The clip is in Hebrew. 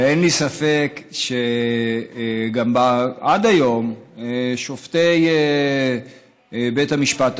אין לי ספק שגם עד היום שופטי בית המשפט העליון,